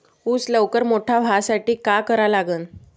ऊस लवकर मोठा व्हासाठी का करा लागन?